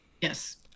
Yes